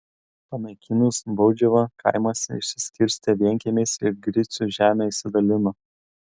panaikinus baudžiavą kaimas išsiskirstė vienkiemiais ir gricių žemę išsidalino